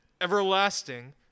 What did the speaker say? everlasting